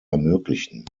ermöglichen